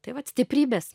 tai vat stiprybės